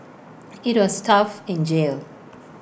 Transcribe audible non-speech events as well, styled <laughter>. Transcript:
<noise> IT was tough in jail